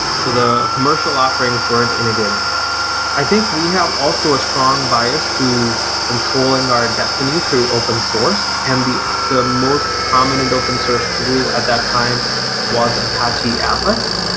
so the commercial offerings weren't integrating well i think we have also a strong bias to controlling our destiny through open source, and the the most prominent open source tool at that time was apache atlas.